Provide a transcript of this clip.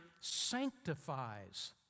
sanctifies